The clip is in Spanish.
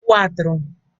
cuatro